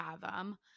fathom